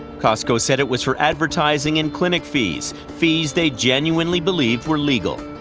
costco said it was for advertising and clinics fees, fees they genuinely believed were legal.